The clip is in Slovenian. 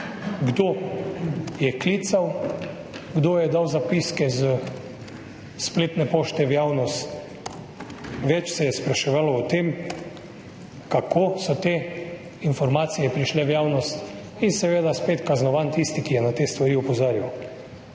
Kdo je klical, kdo je dal zapiske s spletne pošte v javnost. Več se je spraševalo o tem, kako so te informacije prišle v javnost, in seveda je spet kaznovan tisti, ki je na te stvari opozarjal.